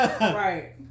Right